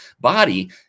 body